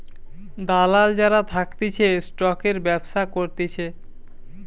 দালাল যারা থাকতিছে স্টকের ব্যবসা করতিছে